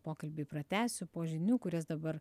pokalbį pratęsiu po žinių kurias dabar